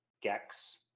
Gex